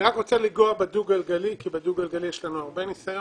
אני רק רוצה לגעת בדו גלגלי כי בדו גלגלי יש לנו הרבה ניסיון.